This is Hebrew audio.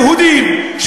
היהודים,